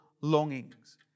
longings